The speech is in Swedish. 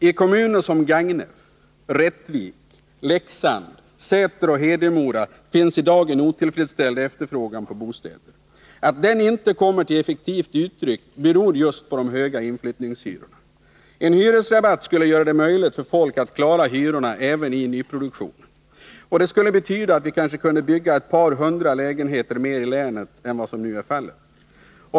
I kommuner som Gagnef, Rättvik, Leksand, Säter och Hedemora finns i dag en otillfredsställd efterfrågan på bostäder. Att den inte kommer till effektivt uttryck beror just på de höga inflyttningshyrorna. En hyresrabatt skulle göra det möjligt för folk att klara hyrorna även i nyproduktionen. Det skulle betyda att vi kanske kunde bygga ett par hundra lägenheter mer i länet än vad som nu är fallet.